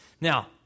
Now